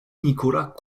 nicolas